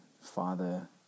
father